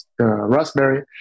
Raspberry